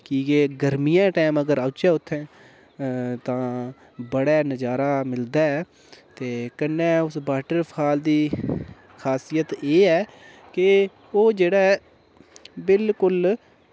की के गर्मिये टैम अगर औचै उत्थें तां बड़ा नज़ारा मिलदा ऐ ते कन्नै उस वॉटरफॉल दी ख़ासियत एह् ऐ कि ओह् जेह्ड़ा ऐ बिलकुल